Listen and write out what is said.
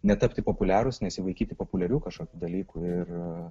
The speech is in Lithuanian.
netapti populiarūs nesivaikyti populiarių kažkokių dalykų ir